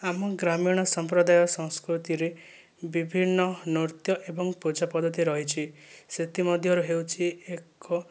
ଆମ ଗ୍ରାମୀଣ ସମ୍ପ୍ରଦାୟ ସଂସ୍କୃତିରେ ବିଭିନ୍ନ ନୃତ୍ୟ ଏବଂ ପୂଜା ପଦ୍ଧତି ରହିଛି ସେଥିମଧ୍ୟରୁ ହେଉଛି ଏକ